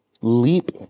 leap